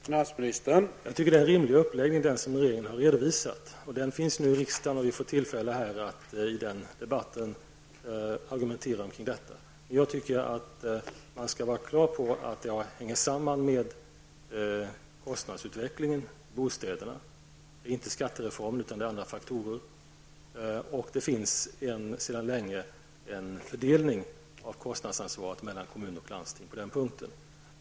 Herr talman! Jag tycker att den uppläggning som regeringen har redovisat är rimlig. Propositionen är nu överlämnad till riksdagen, och vi får i debatten med anledning av den tillfälle att argumentera kring detta. Man skall enligt min uppfattning vara på det klara med att utvecklingen i fråga om bostäderna hänger samman med kostnadsutvecklingen. Det är inte skattereformen utan andra faktorer som ligger bakom. Det finns på den punkten sedan länge en fördelning av kostnadsansvaret mellan kommuner och landsting.